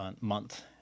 month